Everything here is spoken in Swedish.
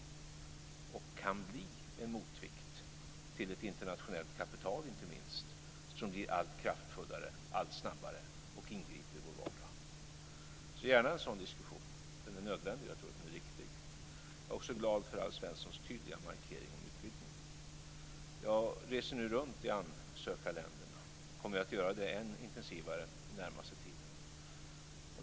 Det kan bli en motvikt inte minst till ett internationellt kapital som blir allt kraftfullare och allt snabbare och som ingriper i vår vardag, så gärna en sådan diskussion. Den är nödvändig, och jag tror att den är riktig. Jag är också glad över Alf Svenssons tydliga markering om utvidgningen. Jag reser nu runt i ansökarländerna och kommer att göra det än intensivare under den närmaste tiden.